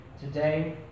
today